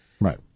Right